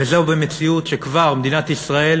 וזהו במציאות שמדינת ישראל